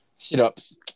sit-ups